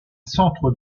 centre